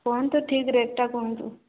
କୁହନ୍ତୁ ଠିକ୍ ରେଟ୍ଟା କୁହନ୍ତୁ